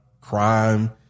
crime